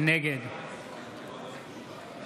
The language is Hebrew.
נגד ששון ששי גואטה, נגד טלי